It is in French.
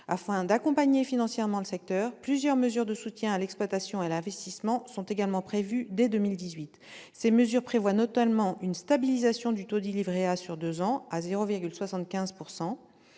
Afin d'accompagner financièrement le secteur, plusieurs mesures de soutien à l'exploitation et à l'investissement sont également prévues dès 2018. Ces mesures prévoient notamment une stabilisation du taux du livret A sur deux ans à 0,75